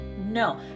no